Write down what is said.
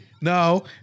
No